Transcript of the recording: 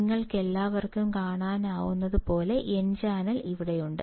നിങ്ങൾക്കെല്ലാവർക്കും കാണാനാകുന്നതുപോലെ n channel ഇവിടെയുണ്ട്